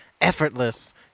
Effortless